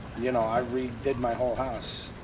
you know, i redid my whole house.